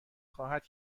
خواهد